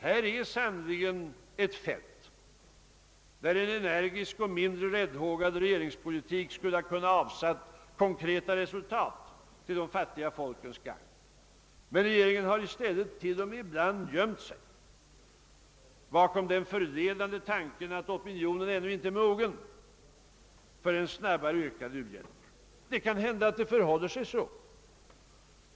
Detta är sannerligen ett fält där en energisk och mindre räddhågad regeringspolitik skulle kunna ha avsatt konkreta resultat till de fattiga folkens gagn. Men regeringen har till och med ibland gömt sig bakom den förledande tanken att opinionen ännu inte är mogen för en snabbare ökad u-hjälp. Det kan hända att det förhåller sig så.